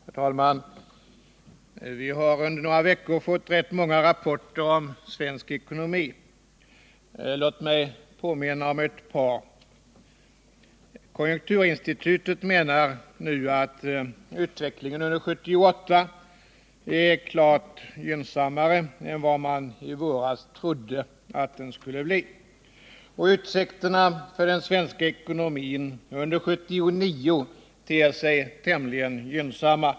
Herr talman! Vi har under några veckor fått ganska många rapporter om svensk ekonomi. Låt mig påminna om ett par av dem. Konjunkturinstitutet menar att utvecklingen under 1978 är klart gynnsammare än vad man i våras trodde att den skulle bli. Och utsikterna för den svenska ekonomin under 1979 ter sig tämligen gynnsamma.